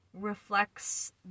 reflects